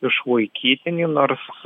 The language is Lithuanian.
išlaikytinį nors